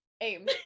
aim